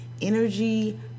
energy